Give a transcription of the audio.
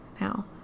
now